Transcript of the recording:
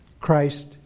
Christ